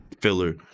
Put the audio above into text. filler